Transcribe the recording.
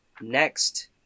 Next